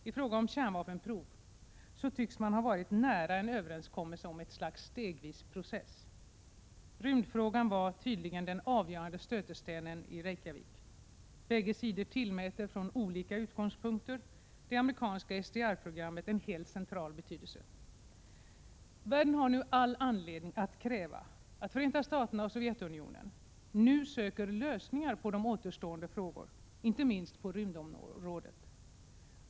I fråga om kärnvapenprov tycks man ha varit nära en överenskommelse om ett slags stegvis process. Rymdfrågan var tydligen den avgörande stötestenen i Reykjavik. Bägge sidor tillmäter, från olika utgångspunkter, det amerikanska SDI-programmet en helt central betydelse. Världen har all anledning att kräva att Förenta staterna och Sovjetunionen nu söker lösningar på återstående frågor, inte minst på rymdområdet.